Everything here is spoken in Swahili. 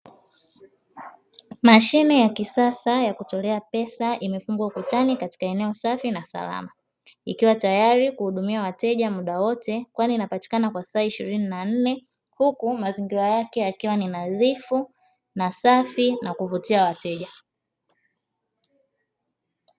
Mashine ya kisasa ya kutolea pesa imefungwa ukutani katika eneo safi na salama ikiwa tayari kuhudumia wateja muda wote kwani inapatikana kwa saa ishirini na nne, huku mazingira yake yakiwa ninadhifu na safi na kuvutia wateja.